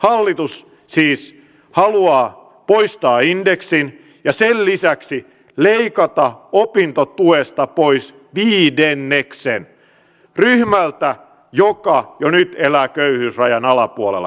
hallitus siis haluaa poistaa indeksin ja sen lisäksi leikata opintotuesta pois viidenneksen ryhmältä joka jo nyt elää köyhyysrajan alapuolella